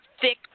thick